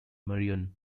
marion